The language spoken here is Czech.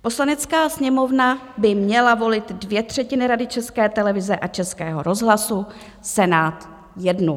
Poslanecká sněmovna by měla volit dvě třetiny Rady České televize a Českého rozhlasu, Senát jednu.